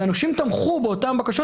והנושים תמכו באותן בקשות.